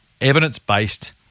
evidence-based